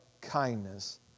kindness